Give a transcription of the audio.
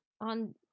on